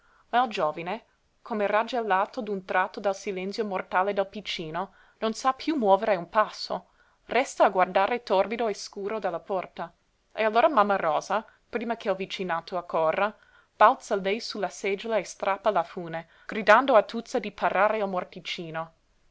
il giovine come raggelato d'un tratto dal silenzio mortale del piccino non sa piú muovere un passo resta a guardare torbido e scuro dalla porta e allora mamma rosa prima che il vicinato accorra balza lei su la seggiola e strappa la fune gridando a tuzza di parare il